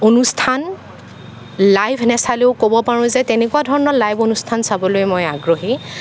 অনুষ্ঠান লাইভ নেচালেও ক'ব পাৰোঁ যে তেনেকুৱা ধৰণৰ লাইভ অনুষ্ঠান চাবলৈ মই আগ্ৰহী